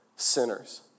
Sinners